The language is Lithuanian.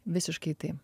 visiškai taip